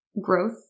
growth